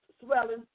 swelling